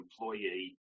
employee